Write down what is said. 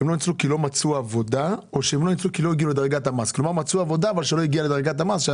הם לא ניצלו כי לא מצאו עבודה או שלא ניצלו כי לא הגיעו לדרגת המס?